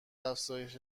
افزایش